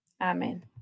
Amen